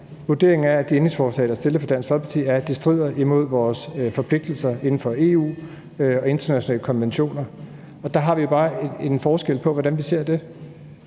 Vurderingen er, at de ændringsforslag, der er stillet af Dansk Folkeparti, strider imod vores forpligtelser inden for EU og internationale konventioner. Der har vi bare en forskel på, hvordan vi ser det.